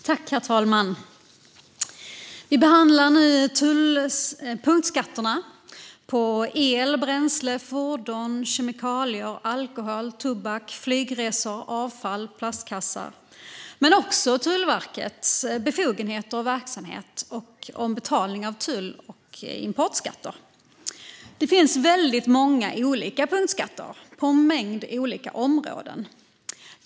Herr talman! Vi behandlar nu punktskatterna på el, bränsle, fordon, kemikalier, alkohol, tobak, flygresor, avfall och plastkassar men också Tullverkets befogenheter och verksamhet samt betalning av tull och importskatter. Det finns väldigt många olika punktskatter på en mängd olika områden.